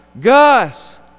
Gus